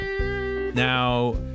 Now